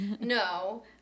no